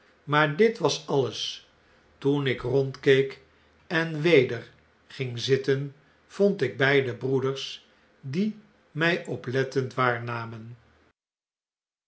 maar dit was alles toen ik rondkeek en weder ging zitten vond ik beide broeders die mij oplettend waarnamen